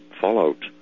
fallout